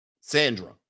Sandra